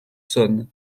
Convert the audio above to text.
saône